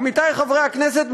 עמיתי חברי הכנסת,